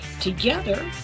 Together